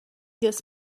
dils